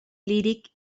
líric